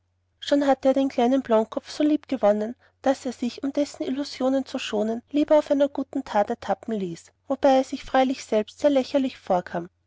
schon hatte er den kleinen blondkopf so lieb gewonnen daß er sich um dessen illusionen zu schonen lieber auf einer guten that ertappen ließ wobei er sich freilich selbst sehr lächerlich vorkam